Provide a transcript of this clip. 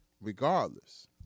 regardless